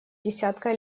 десятка